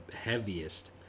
heaviest